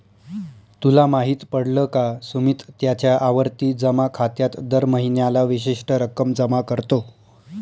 तुला माहित पडल का? सुमित त्याच्या आवर्ती जमा खात्यात दर महीन्याला विशिष्ट रक्कम जमा करतो